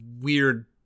weird